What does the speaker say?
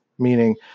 meaning